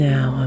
Now